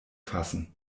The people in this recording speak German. fassen